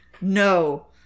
No